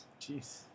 Jeez